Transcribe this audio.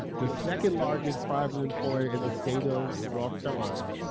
the second largest private employer in the state of north carolina,